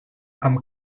amb